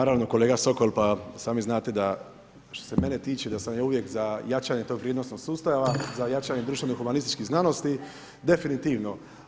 Naravno kolega Sokol pa sami znate da što se mene tiče da sam ja uvijek za jačanje tog vrijednosnog sustava, za jačanje društveno humanističkih znanosti definitivno.